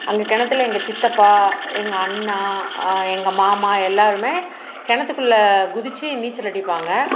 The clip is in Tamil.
அங்கே கிணத்துல எங்கள் சித்தப்பா எங்கள் அண்ணா எங்கள் மாமா எல்லாருமே கிணத்துக்குள்ள குதிச்சு நீச்சல் அடிப்பாங்க